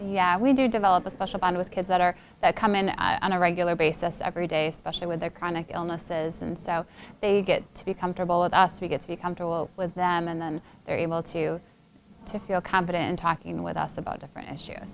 yeah we do develop a special bond with kids that are that come in on a regular basis every day especially with their chronic illnesses and so they get to be comfortable with us to get to be comfortable with them and then they're able to to feel confident talking with us about different issues